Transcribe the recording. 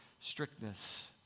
strictness